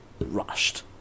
rushed